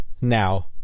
Now